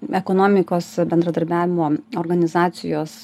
ekonomikos bendradarbiavimo organizacijos